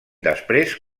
després